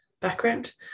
background